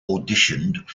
auditioned